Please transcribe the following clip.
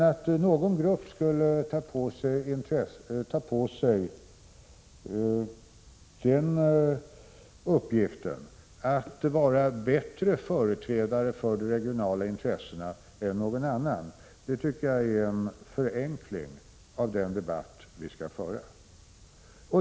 Att någon grupp skulle ta på sig den uppgiften att vara bättre företrädare för de regionala intressena än någon annan tycker jag ändå är en förenkling av den debatt vi skall föra.